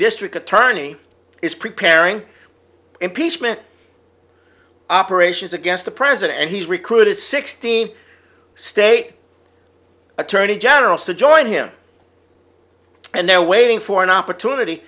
district attorney is preparing impeachment operations against the president and he's recruited sixteen state attorney generals to join him and they're waiting for an opportunity